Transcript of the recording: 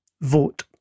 Vote